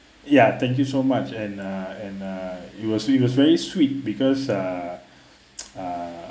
ya thank you so much and uh and uh he was actually he was very sweet because uh uh